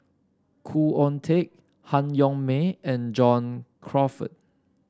Khoo Oon Teik Han Yong May and John Crawfurd